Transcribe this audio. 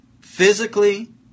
physically